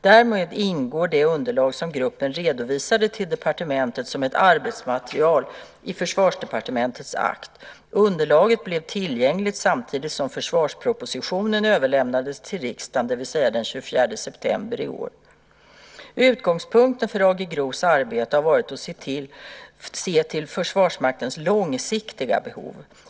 Därmed ingår det underlag som gruppen redovisade till departementet som ett arbetsmaterial i Försvarsdepartementets akt. Underlaget blev tillgängligt samtidigt som försvarspropositionen överlämnades till riksdagen, det vill säga den 24 september i år. Utgångspunkten för AG GRO:s arbete har varit att se till Försvarsmaktens långsiktiga behov.